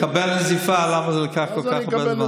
תקבל נזיפה למה זה לקח כל כך הרבה זמן.